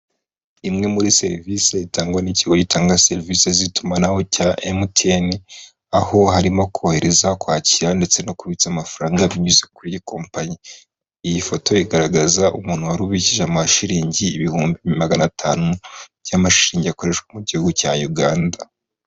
Imwe muri serivisi itangwa n'ikigo gitanga serivisi z'itumanaho cya emutiyeni aho harimo kohereza, kwakira ndetse no kubitsa amafaranga binyuze kuri iyi kompanyi. Iyi foto igaragaza umuntu wari ubikije amashiriningi ibihumbi magana atanu by'amashingiringi akoreshwa mu gihugu cya Uganda.